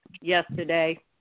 yesterday